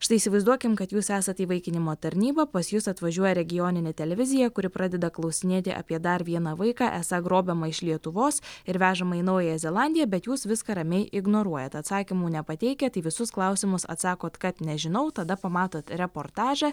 štai įsivaizduokim kad jūs esat įvaikinimo tarnyba pas jus atvažiuoja regioninė televizija kuri pradeda klausinėti apie dar vieną vaiką esą grobiamą iš lietuvos ir vežamą į naująją zelandiją bet jūs viską ramiai ignoruojat atsakymų nepateikiat į visus klausimus atsakot kad nežinau tada pamatot reportažą